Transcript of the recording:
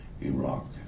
Iraq